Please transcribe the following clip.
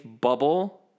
bubble